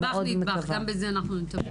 נדבך-נדבך, גם בזה אנחנו נטפל.